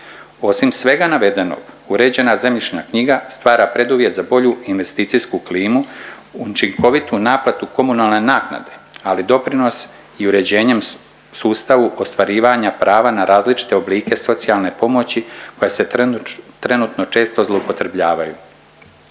Osim svega navedenog uređena zemljišna knjiga stvara preduvjet za bolju investicijsku klimu, učinkovitu naplatu komunalne naknade, ali doprinos i uređenjem sustavu ostvarivanja prava na različite oblike socijalne pomoći koja se trenutno često zloupotrebljavaju.